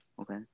Okay